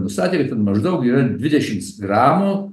nustatė kad ten maždaug dvidešims gramų